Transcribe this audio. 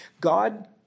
God